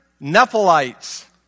Nephilites